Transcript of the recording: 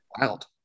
Wild